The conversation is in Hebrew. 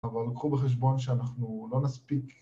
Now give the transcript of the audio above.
‫אבל קחו בחשבון שאנחנו לא נספיק.